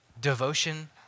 devotion